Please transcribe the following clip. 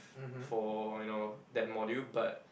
for you know that module but